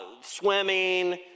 swimming